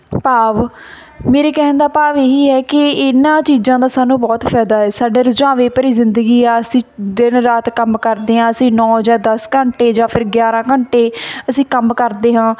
ਭਾਵ ਮੇਰੇ ਕਹਿਣ ਦਾ ਭਾਵ ਇਹ ਹੀ ਹੈ ਕਿ ਇਹਨਾਂ ਚੀਜ਼ਾਂ ਦਾ ਸਾਨੂੰ ਬਹੁਤ ਫਾਇਦਾ ਹੈ ਸਾਡੇ ਰੁਝਾਵੇਂ ਭਰੀ ਜ਼ਿੰਦਗੀ ਆ ਅਸੀਂ ਦਿਨ ਰਾਤ ਕੰਮ ਕਰਦੇ ਹਾਂ ਅਸੀਂ ਨੌ ਜਾਂ ਦਸ ਘੰਟੇ ਜਾਂ ਫਿਰ ਗਿਆਰਾਂ ਘੰਟੇ ਅਸੀਂ ਕੰਮ ਕਰਦੇ ਹਾਂ